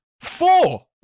four